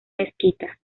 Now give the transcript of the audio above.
mezquita